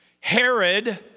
Herod